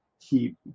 keep